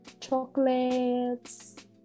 chocolates